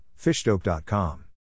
Fishdope.com